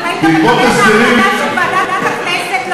אם היית מקבל את ההחלטה של ועדת הכנסת,